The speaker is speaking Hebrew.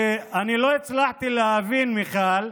אני לא הצלחתי להבין, מיכל,